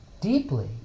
deeply